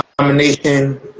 nomination